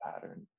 patterns